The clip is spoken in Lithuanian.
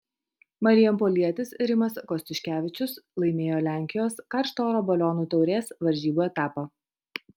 marijampolietis rimas kostiuškevičius laimėjo lenkijos karšto oro balionų taurės varžybų etapą